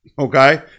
okay